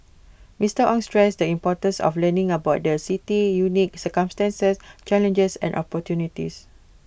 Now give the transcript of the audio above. Mister Ong stressed the importance of learning about the city's unique circumstances challenges and opportunities